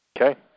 Okay